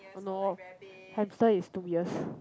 hamster is two years